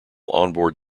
onboard